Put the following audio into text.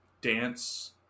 dance